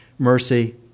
mercy